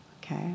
okay